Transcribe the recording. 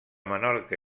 menorca